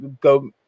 go